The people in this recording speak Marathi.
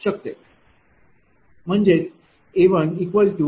म्हणजेच A1 0